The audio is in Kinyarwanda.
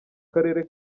karere